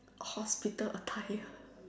hospital attire